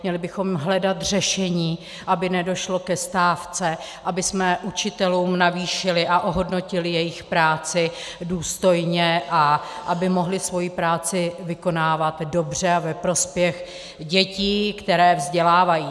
Měli bychom hledat řešení, aby nedošlo ke stávce, abychom učitelům navýšili a ohodnotili jejich práci důstojně a aby mohli svoji práci vykonávat dobře a ve prospěch dětí, které vzdělávají.